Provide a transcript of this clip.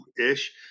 ish